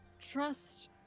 Trust